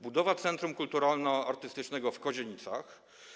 Budowa Centrum Kulturalno-Artystycznego w Kozienicach.